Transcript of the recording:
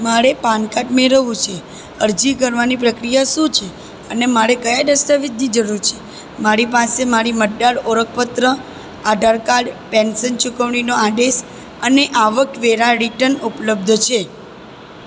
મારે PAN card મેળવવું છે અરજી કરવાની પ્રક્રિયા શું છે અને મારે કયા દસ્તાવેજની જરૂર છે મારી પાસે મારી મતદાર ઓળખપત્ર આધાર કાર્ડ પેન્શન ચૂકવણીનો આદેશ અને આવકવેરા રિટર્ન ઉપલબ્ધ છે